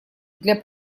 для